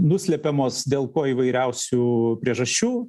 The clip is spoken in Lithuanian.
nuslepiamos dėl ko įvairiausių priežasčių